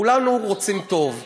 כולנו רוצים טוב.